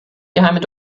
geheimen